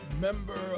member